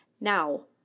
Now